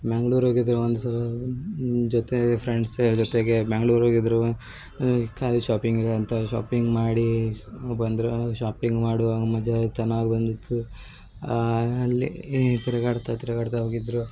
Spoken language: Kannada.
ಮ್ಯಾಂಗ್ಳೂರು ಹೋಗಿದ್ವಿ ಒಂದ್ಸಲ ಜೊತೆ ಫ್ರೆಂಡ್ಸ್ ಅವ್ರ ಜೊತೆಗೆ ಮ್ಯಾಂಗ್ಳೂರು ಹೋಗಿದ್ರು ಖಾಲಿ ಶಾಪಿಂಗು ಅಂತ ಶಾಪಿಂಗ್ ಮಾಡಿ ಬಂದರು ಶಾಪಿಂಗ್ ಮಾಡುವ ಮಜಾ ಚೆನ್ನಾಗಿ ಬಂದಿತ್ತು ಅಲ್ಲಿ ತಿರ್ಗಾಡ್ತಾ ತಿರ್ಗಾಡ್ತಾ ಹೋಗಿದ್ದರು